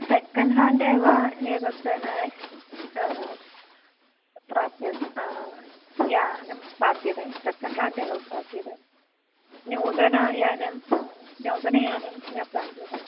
second hand एव एतद् धने प्राप्यते यानं प्राप्यते सेकेण्ड् हाण्ड् एव प्राप्यते नूतनं यानं नूतनं यानं न प्राप्यते